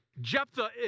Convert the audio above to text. Jephthah